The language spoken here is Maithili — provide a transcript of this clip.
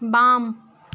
बाम